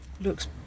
Looks